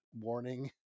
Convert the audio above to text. warning